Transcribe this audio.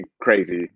Crazy